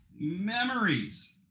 memories